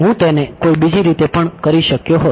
હું તેને કોઈ બીજી રીતે પણ કરી શક્યો હોત